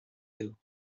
you